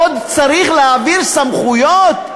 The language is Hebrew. עוד צריך להעביר סמכויות?